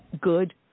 good